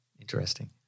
Interesting